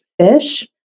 fish